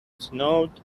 snowed